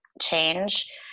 change